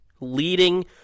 leading